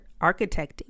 Architecting